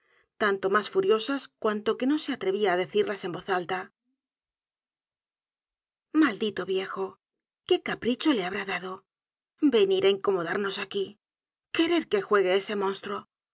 tanto mas furiosas cuanto que no se atrevia á decirlas en voz alta maldito viejo qué capricho le habrá dado venir á incomodarnos aquí querer que juegue esc monstruo